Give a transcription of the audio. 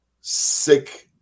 sick